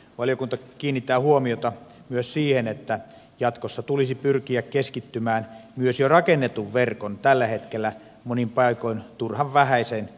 valiokunta kiinnittää huomiota myös siihen että jatkossa tulisi pyrkiä keskittymään myös jo rakennetun verkon tällä hetkellä monin paikoin turhan vähäisen käyttöönoton edistämiseen